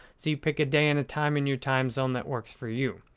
so, you pick a day and a time in your time zone that works for you.